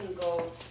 go